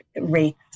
rates